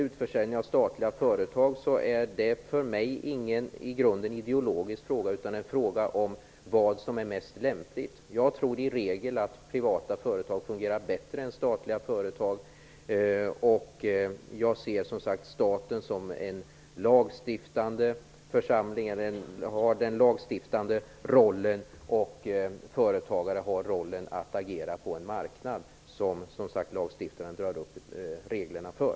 Utförsäljning av statliga företag är för mig i grunden inte någon ideologisk fråga utan är en fråga om vad som är mest lämpligt. Jag tror att privata företag i regel fungerar bättre än statliga, och jag ser staten som den part som har den lagstiftande rollen medan företagare har rollen att agera på en marknad som lagstiftaren drar upp reglerna för.